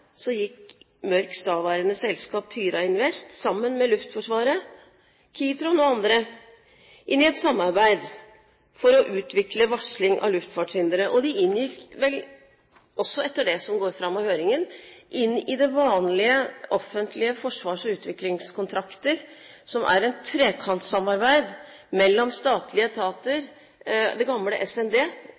gikk Mørks daværende selskap Tyra Invest sammen med Luftforsvaret, Kitron og andre inn i et samarbeid for å utvikle varsling av luftfartshindre, og det inngikk vel – også etter det som går fram av høringen – i de vanlige offentlige forsknings- og utviklingskontrakter, som er et trekantsamarbeid mellom statlige etater, det gamle SND